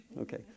Okay